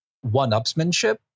one-upsmanship